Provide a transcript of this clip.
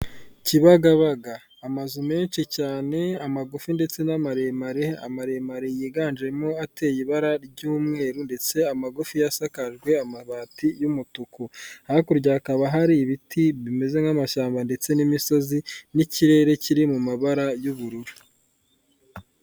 Kibagabaga amazu menshi cyane amagufi ndetse n'amaremare, maremare yiganjemo ateye ibara ry'umweru ndetse amagufi yasakajwe amabati y'umutuku. Hakurya hakaba hari ibiti bimeze nk'amashyamba ndetse n'imisozi n'ikirere kiri mu mabara y'ubururu.